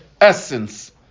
essence